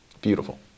Beautiful